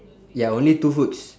ya only two foods